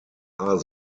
are